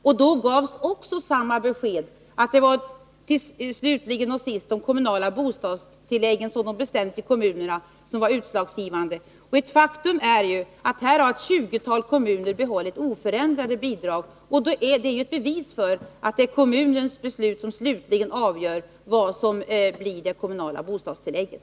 Även då gavs samma besked, att det sist och slutligen var de kommunala bostadstilläggen, sådana de bestämts i kommunerna, som var utslagsgivande. Ett tjugotal kommuner har faktiskt oförändrade bidrag. Det är ju ett bevis för att det är kommunens beslut som till sist blir avgörande när det gäller det kommunala bostadstillägget.